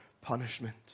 punishment